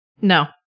No